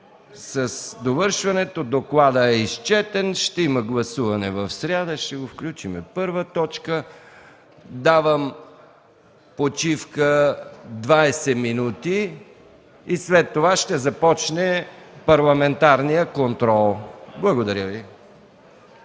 с довършването. Докладът е изчетен. Ще има гласуване в сряда. Ще го включим първа точка. Давам почивка 20 минути и след това ще започне Парламентарният контрол. Благодаря.